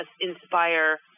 inspire